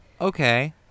Okay